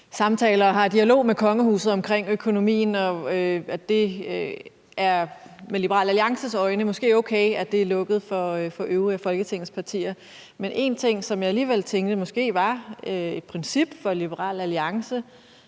samtaler og har en dialog med kongehuset omkring økonomien. Det er i Liberal Alliances øjne måske okay, at det er lukket for de øvrige folketingspartier. Men en ting, som jeg alligevel tænker måske var et princip for Liberal Alliance,